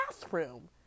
bathroom